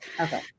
Okay